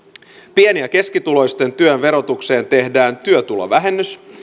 pieni ja keskituloisten työn verotukseen tehdään työtulovähennys